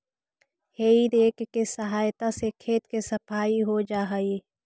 हेइ rake के सहायता से खेत के सफाई हो जा हई